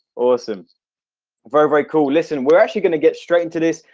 awesome very very cool listen. we're actually going to get straight into this.